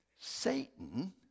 Satan